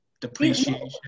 depreciation